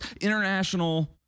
international